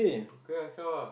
okay ah zhao ah